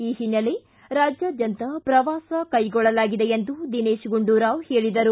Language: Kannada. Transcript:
ಈ ಓನ್ನಲೆ ರಾಜ್ಯಾದ್ಯಂತ ಪ್ರವಾಸ ಕೈಗೊಳ್ಳಲಾಗಿದೆ ದಿನೇತ್ ಗುಂಡೂರಾವ್ ಹೇಳಿದರು